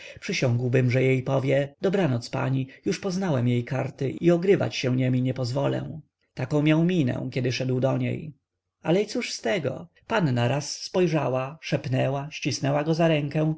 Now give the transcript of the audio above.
wyrazów przysiągłbym że jej powie dobranoc pani już poznałem jej karty i ogrywać się niemi nie pozwolę taką miał minę kiedy szedł do niej ale i cóż z tego panna raz spojrzała szepnęła ścisnęła go za rękę